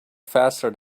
faster